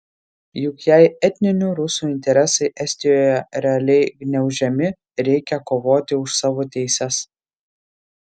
juk jei etninių rusų interesai estijoje realiai gniaužiami reikia kovoti už savo teises